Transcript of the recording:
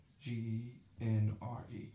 G-N-R-E